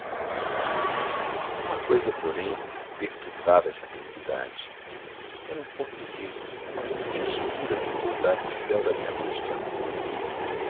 uma coisa porém perturbava essa felicidade era um ponto negro uma nuvem escura que toldava o céu da minha noite de amor